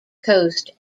coast